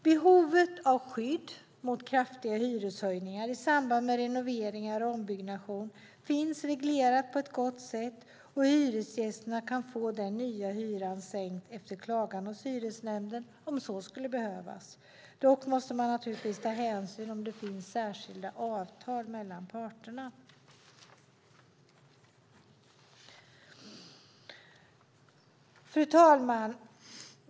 Behovet av skydd mot kraftiga hyreshöjningar i samband med renoveringar och ombyggnation finns reglerat på ett gott sätt, och hyresgäster kan få den nya hyran sänkt efter klagan hos hyresnämnden om så skulle behövas. Dock måste man naturligtvis ta hänsyn till om det finns särskilda avtal mellan parterna. Fru talman!